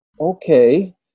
okay